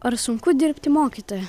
ar sunku dirbti mokytoja